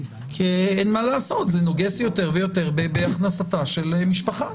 זה נוגס יותר ויותר בהכנסתה של משפחה.